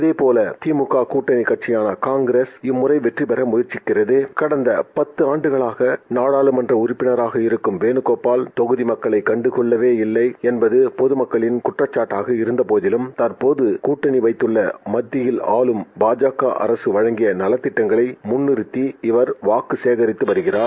அதேபோல் திமுக கூட்டணி கட்சிபான காங்கிரஸ் இம்மூறை வெற்றிபெற முயற்சிக்கிறது கடந்த பத்து ஆண்டுகளாக நாடாளுமன்ற உறட்பினராக இருக்கும் வேணகோபால் தொகுதி மக்களை கண்டுகொள்ளவே இல்லை என்பது பொதமக்களின் குற்றச்சாட்டாக இருந்தபோதிலும் கற்போது கட்டனி வைத்துள்ள மத்தியில் ஆளும் பா ஜ க அரக வழங்கிய நலத்திட்டங்களை முன்நிறத்தி இவர் வாக்கு சேகரித்து வருகிறார்